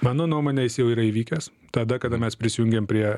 mano nuomone jis jau yra įvykęs tada kada mes prisijungėm prie